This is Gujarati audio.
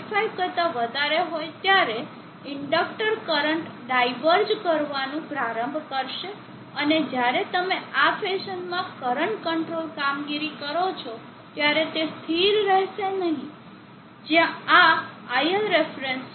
5 કરતા વધારે હોય ત્યારે ઇન્ડક્ટર કરંટ ડાયવર્જ કરવાનું પ્રારંભ કરશે અને જ્યારે તમે આ ફેશનમાં કરંટ કંટ્રોલ કામગીરી કરો છો ત્યારે તે સ્થિર રહેશે નહીં જ્યાં આ iL રેફરન્સ છે